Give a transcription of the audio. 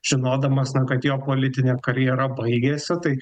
žinodamas na kad jo politinė karjera baigėsi tai